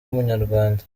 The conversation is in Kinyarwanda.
w’umunyarwanda